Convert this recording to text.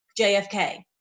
JFK